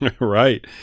Right